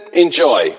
enjoy